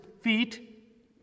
feet